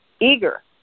eager